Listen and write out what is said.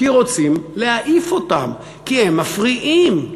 כי רוצים להעיף אותם, כי הם מפריעים.